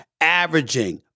averaging